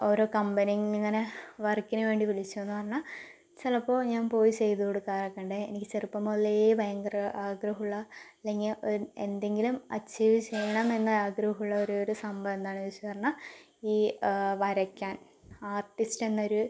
ഓരോ കമ്പനി ഇങ്ങനെ വർക്കിന് വേണ്ടി വിളിച്ചുവെന്ന് പറഞ്ഞാൽ ചിലപ്പോൾ ഞാൻ പോയി ചെയ്തു കൊടുക്കാറൊക്കെയുണ്ട് എനിക്ക് ചെറുപ്പം മുതലേ ഭയങ്കര ആഗ്രഹമുള്ള അല്ലെങ്കിൽ എന്തെങ്കിലും അച്ചീവ് ചെയ്യണമെന്ന് ആഗ്രഹമുള്ള ഒരേയൊരു സംഭവം എന്താണെന്ന് ചോദിച്ചു പറഞ്ഞാൽ ഈ വരയ്ക്കാൻ ആർട്ടിസ്റ്റ് എന്നൊരു